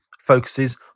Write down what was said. focuses